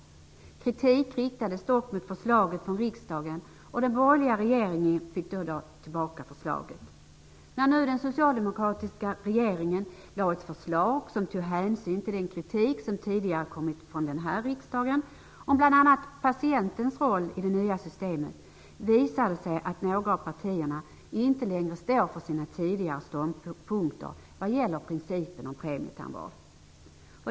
Kritik riktades dock mot förslaget från riksdagen, och den borgerliga regeringen fick då dra tillbaka förslaget. När nu den socialdemokratiska regeringen lade fram ett förslag som tog hänsyn till den kritik som tidigare kommit från riksdagen, om bl.a. patientens roll i det nya systemet, visar det sig att några av partierna inte längre står för sina tidigare ståndpunkter vad gäller principen om premietandvård.